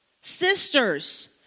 sisters